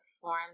form